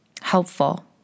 helpful